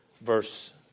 verse